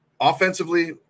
offensively